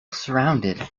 surrounded